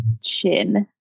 chin